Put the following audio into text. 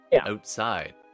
Outside